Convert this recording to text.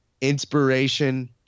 inspiration